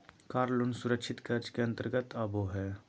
कार loan सुरक्षित कर्ज के अंतर्गत आबो हय